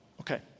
okay